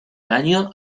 daño